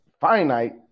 finite